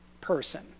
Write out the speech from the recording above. person